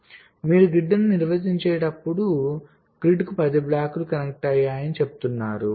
కాబట్టి మీరు గ్రిడ్ను నిర్వచించేటప్పుడు గ్రిడ్కు పది బ్లాక్లు కనెక్ట్ అయ్యాయని చెప్తున్నారు